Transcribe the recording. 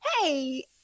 hey